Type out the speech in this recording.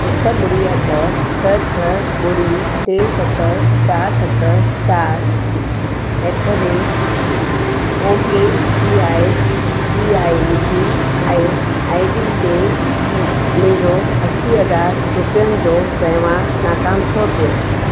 सत ॿुड़ी अठ छह छह ॿुड़ी टे सत चारि सत चारि at the O K C I C I U P I I D ॾे मुंहिंजो असीं हज़ार रुपियनि जो वहिंवार नाकाम छो थियो